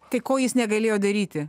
tai ko jis negalėjo daryti